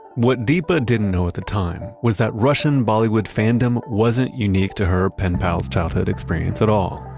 what deepa didn't know at the time was that russian bollywood fandom wasn't unique to her pen pal's childhood experience at all.